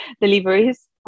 deliveries